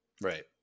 Right